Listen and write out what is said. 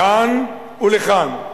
לכאן ולכאן.